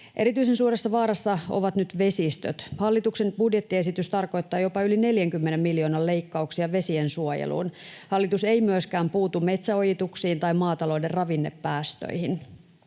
Erityisen suuressa vaarassa ovat nyt vesistöt. Hallituksen budjettiesitys tarkoittaa jopa yli 40 miljoonan leikkauksia vesiensuojeluun. Hallitus ei myöskään puutu metsäojituksiin tai maatalouden ravinnepäästöihin.